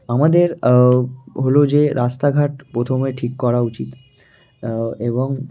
আমাদের হলো যে রাস্তাঘাট প্রথমে ঠিক করা উচিত এবং